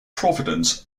providence